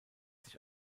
sich